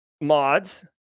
mods